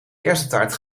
kersentaart